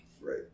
Right